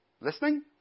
listening